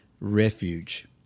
refuge